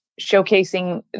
showcasing